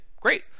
great